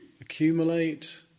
accumulate